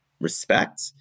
respect